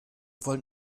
wollen